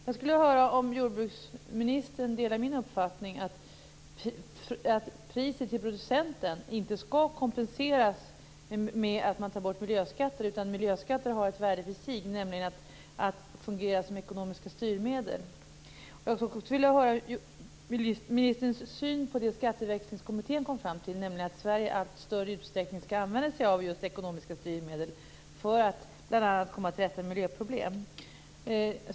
Jag skulle vilja höra om jordbruksministern delar min uppfattning att priset till producenten inte skall kompenseras genom att man tar bort miljöskatter utan att miljöskatter har ett värde i sig, nämligen att fungera som ekonomiska styrmedel. Jag vill också veta vad ministern har för syn på det som Skatteväxlingskommittén kom fram till, nämligen att Sverige i allt större utsträckning skall använda sig just av ekonomiska styrmedel, bl.a. för att komma till rätta med miljöproblem.